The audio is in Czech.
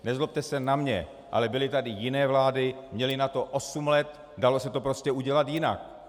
Nezlobte se na mě, byly tady jiné vlády, měly na to osm let, dalo se to udělat jinak.